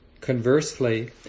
conversely